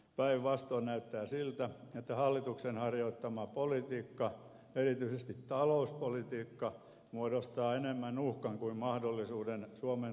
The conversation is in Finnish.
päinvastoin näyttää siltä että hallituksen harjoittama politiikka ja erityisesti talouspolitiikka muodostaa enemmän uhkan kuin mahdollisuuden suomen tulevaisuudelle